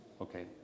Okay